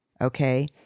Okay